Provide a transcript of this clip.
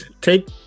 Take